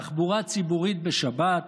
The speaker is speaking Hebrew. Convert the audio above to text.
תחבורה ציבורית בשבת